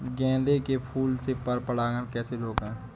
गेंदे के फूल से पर परागण कैसे रोकें?